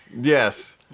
Yes